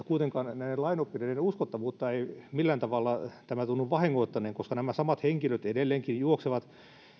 kuitenkaan näiden lainoppineiden uskottavuutta ei millään tavalla tämä tunnu vahingoittaneen koska nämä samat henkilöt edelleenkin juoksevat